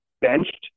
benched